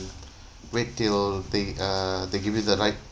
wait till the uh they give you the right